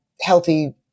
healthy